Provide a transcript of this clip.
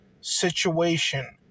situation